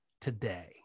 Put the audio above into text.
today